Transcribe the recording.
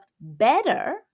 better